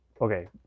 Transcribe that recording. okay